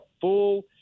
full